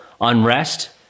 unrest